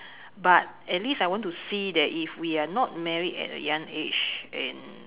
but at least I want to see that if we are not married at a young age and